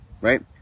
right